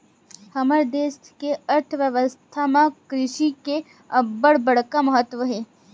हमर देस के अर्थबेवस्था म कृषि के अब्बड़ बड़का महत्ता हे